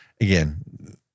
Again